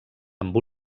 amb